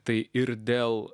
tai ir dėl